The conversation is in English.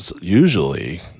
usually